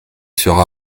sera